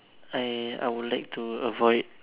I I would like to avoid